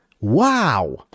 Wow